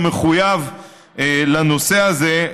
ומחויב לנושא הזה.